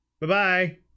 Bye-bye